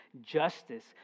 justice